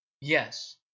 yes